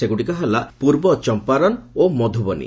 ସେଗୁଡିକ ହେଲା ପୂର୍ବ ଚମ୍ପାରନ୍ ଓ ମଧୁବନୀ